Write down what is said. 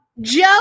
joe